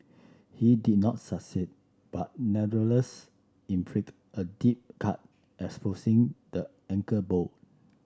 he did not succeed but nevertheless inflicted a deep cut exposing the ankle bone